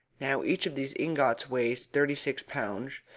now each of these ingots weighs thirty-six pounds,